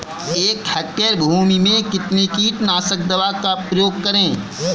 एक हेक्टेयर भूमि में कितनी कीटनाशक दवा का प्रयोग करें?